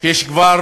שיש כבר